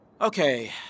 Okay